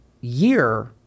year